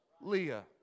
Leah